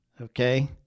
okay